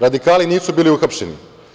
Radikali nisu bili uhapšeni.